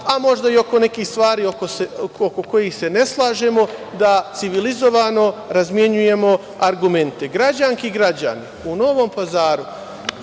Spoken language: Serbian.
a možda i oko nekih stvari oko kojih se ne slažemo da civilizovano razmenjujemo argumente. Građanke i građani u Novom Pazaru